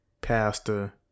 pastor